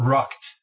Rocked